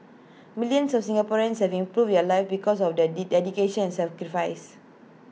millions of Singaporeans have improved their lives because of the D dedication and sacrifice